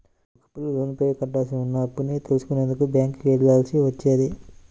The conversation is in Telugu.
ఒకప్పుడు లోనుపైన కట్టాల్సి ఉన్న అప్పుని తెలుసుకునేందుకు బ్యేంకుకి వెళ్ళాల్సి వచ్చేది